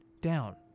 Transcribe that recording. down